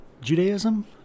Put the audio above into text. Judaism